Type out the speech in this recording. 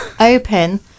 open